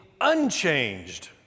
unchanged